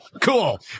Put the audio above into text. cool